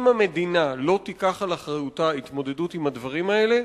אם המדינה לא תיקח לאחריותה התמודדות עם הדברים האלה,